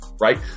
Right